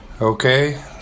Okay